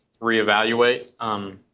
reevaluate